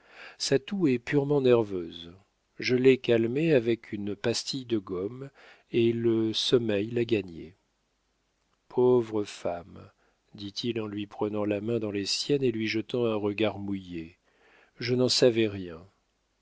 sa toux est purement nerveuse je l'ai calmée avec une pastille de gomme et le sommeil l'a gagné pauvre femme dit-il en lui prenant la main dans les siennes et lui jetant un regard mouillé je n'en savais rien